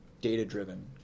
data-driven